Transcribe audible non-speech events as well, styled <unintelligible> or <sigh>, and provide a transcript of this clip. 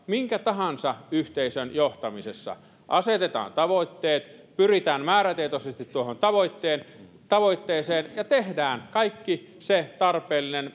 minkä tahansa yhteisön johtamisessa asetetaan tavoitteet pyritään määrätietoisesti tuohon tavoitteeseen tavoitteeseen ja tehdään kaikki se tarpeellinen <unintelligible>